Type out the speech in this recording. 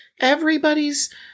everybody's